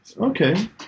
Okay